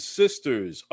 sisters